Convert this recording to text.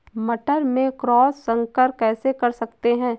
मटर में क्रॉस संकर कैसे कर सकते हैं?